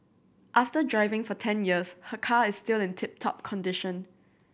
after driving for ten years her car is still in tip top condition